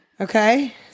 Okay